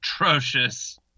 atrocious